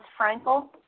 Frankel